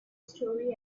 story